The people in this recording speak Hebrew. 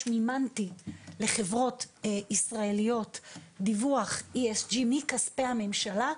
מימנתי לחברות ישראליות דיווח ESG מכספי הממשלה,